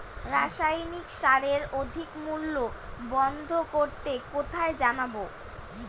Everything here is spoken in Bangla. রাসায়নিক সারের অধিক মূল্য বন্ধ করতে কোথায় জানাবো?